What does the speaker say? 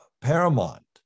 paramount